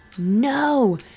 No